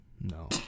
no